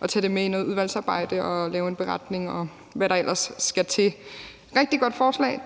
at tage det med i noget udvalgsarbejde og lave en beretning, og hvad der ellers skal til. Det er et rigtig godt forslag,